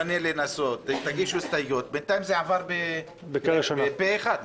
תגיש הסתייגויות --- בינתיים זה עבר פה אחד,